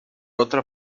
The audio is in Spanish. otra